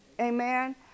Amen